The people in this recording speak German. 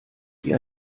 die